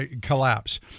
Collapse